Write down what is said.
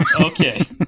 Okay